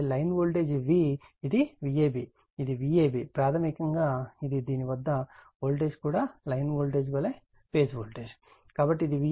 కాబట్టి line voltage V ఇది Vab ఇది Vab ప్రాథమికంగా ఇది దీని వద్ద వోల్టేజ్ కూడా లైన్ వోల్టేజ్ వలె ఫేజ్ వోల్టేజ్